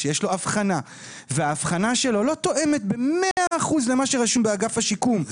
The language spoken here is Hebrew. שיש לו אבחנה והאבחנה שלו לא תואמת ב-100% למה שרשום באגף השיקום,